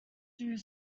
through